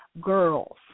girls